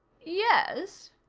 yes,